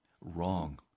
Wrong